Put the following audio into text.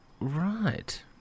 Right